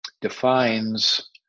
defines